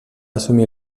assumir